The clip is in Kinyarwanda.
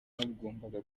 bagombaga